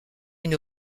une